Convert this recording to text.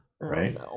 right